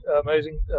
amazing